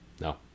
No